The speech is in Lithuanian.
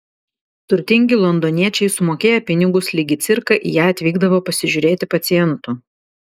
turtingi londoniečiai sumokėję pinigus lyg į cirką į ją atvykdavo pasižiūrėti pacientų